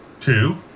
Two